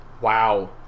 Wow